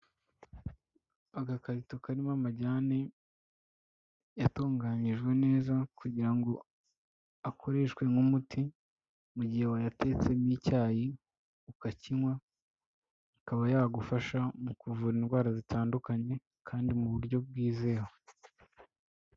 Agakarito karimo amajyane yatunganyijwe neza kugira ngo akoreshwe nk'umuti mu gihe wayatetsemo icyayi ukakinywa, akaba yagufasha mu kuvura indwara zitandukanye kandi mu buryo bwizewe.